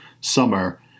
summer